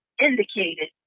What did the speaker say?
indicated